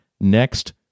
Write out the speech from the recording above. next